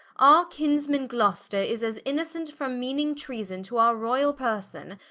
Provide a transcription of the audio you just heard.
our kinsman gloster is as innocent, from meaning treason to our royall person,